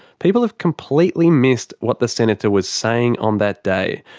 people have completely missed what the senator was saying on that day,